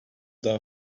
daha